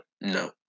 No